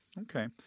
Okay